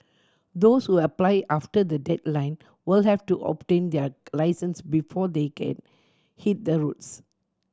those who apply after the deadline will have to obtain their licence before they can hit the roads